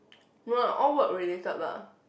all work related lah